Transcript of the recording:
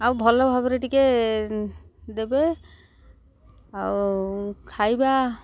ଆଉ ଭଲ ଭାବରେ ଟିକେ ଦେବେ ଆଉ ଖାଇବା